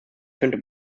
könnte